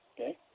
okay